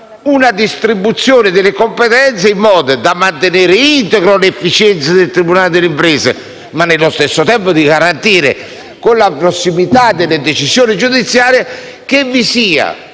una distribuzione delle competenze capace di mantenere integra l'efficienza del tribunale delle imprese ma allo stesso tempo di garantire con la prossimità delle decisioni giudiziarie, che vi sia